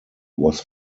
was